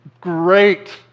Great